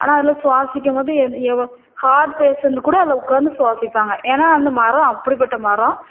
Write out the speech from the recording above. ஆனால் அதில் சுவாசிக்கும்போது எந் எவ்வளோ ஹார்ட் பேஷண்ட் கூட அதில் உக்கார்ந்து சுவாசிப்பாங்க ஏனால் அந்த மரம் அப்படிப்பட்ட மரம்